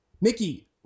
Nikki